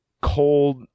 cold